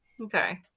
Okay